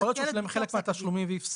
--- יכול להיות שהוא שילם חלק מהתשלומים והפסיק.